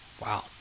Wow